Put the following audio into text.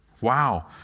Wow